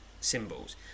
symbols